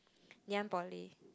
Ngee-Ann-Poly